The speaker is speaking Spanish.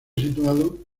situado